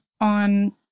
on